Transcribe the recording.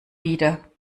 wieder